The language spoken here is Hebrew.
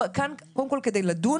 אנחנו כאן קודם כל כדי לדון